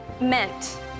meant